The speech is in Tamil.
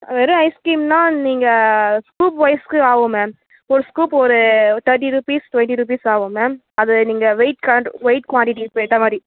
வெறும் ஐஸ்க்ரீம்னால் நீங்கள் ஸ்கூப்வைஸ்க்கு ஆகும் மேம் ஒரு ஸ்கூப் ஒரு தேர்ட்டி ருப்பீஸ் ட்வெண்ட்டி ருப்பீஸ் ஆகும் மேம் அது நீங்கள் வெயிட் க வெயிட் குவாண்டிட்டிஸ் ஏற்ற மாரி